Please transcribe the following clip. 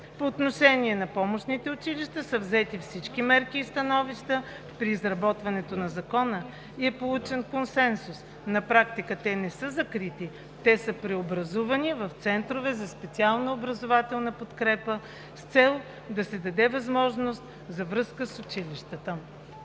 По отношение на помощните училища са взети всички мнения и становища при изработването на Закона и е получен консенсус, на практика те не са закрити, те са преобразувани в Центрове за специална образователна подкрепа с цел да се даде възможност за връзка с училищата.